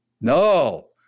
No